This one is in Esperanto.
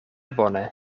bone